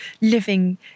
living